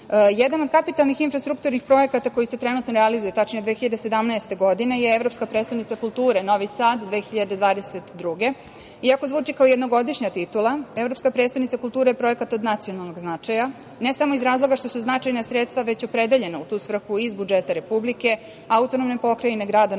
od kapitalnih infrastrukturnih projekata koji se trenutno realizuje, tačnije, 2017. godine je „Evropska prestonica kulture Novi Sad 2022.“ Iako zvuči kao jednogodišnja titula, „Evropska prestonica kulture“ je projekat od nacionalnog značaja, ne samo iz razloga što su značajna sredstva već opredeljena u tu svrhu iz budžeta Republike, AP, grada Novog Sada